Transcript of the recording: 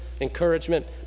Encouragement